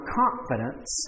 confidence